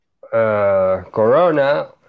Corona